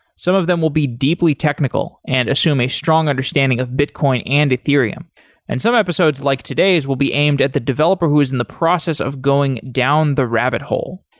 some of them will be deeply technical and assume a strong understanding of bitcoin and ethereum and some episodes like today's will be aimed at the developer who is in the process of going down the rabbit hole.